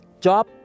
job